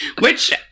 Which-